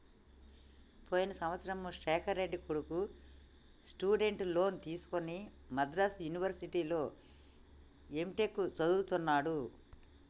పోయిన సంవత్సరము శేఖర్ రెడ్డి కొడుకు స్టూడెంట్ లోన్ తీసుకుని మద్రాసు యూనివర్సిటీలో ఎంటెక్ చదువుతున్నడు